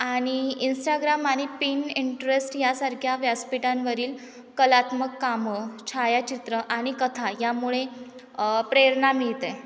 आणि इंस्टाग्राम आणि पिनइंट्रेस्ट यासारख्या व्यासपीठांवरील कलात्मक कामं छायाचित्र आणि कथा यामुळे प्रेरणा मिळते